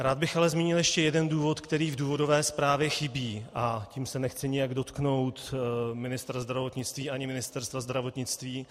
Rád bych ale zmínil ještě jeden důvod, který v důvodové zprávě chybí, a tím se nechci nijak dotknout ministra zdravotnictví ani Ministerstva zdravotnictví.